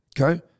Okay